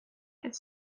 its